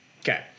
Okay